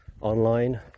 online